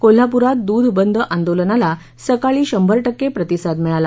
कोल्हापुरात दुध बंद आंदोलनाला सकाळी शंभर टक्के प्रतिसाद मिळाला